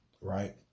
Right